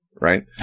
right